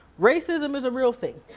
racism is a real thing.